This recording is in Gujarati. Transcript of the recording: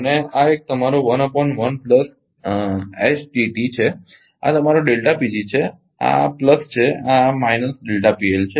અને આ એક તમારો છે અને આ તમારો છે આ વત્તા છે આ ઓછા છે